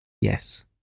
Yes